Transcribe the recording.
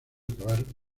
cavar